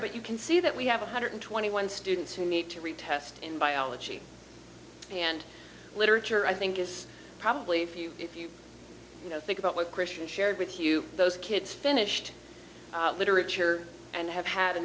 but you can see that we have one hundred twenty one students who need to retest in biology and literature i think is probably few if you think about what christian shared with you those kids finished literature and have had a